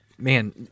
Man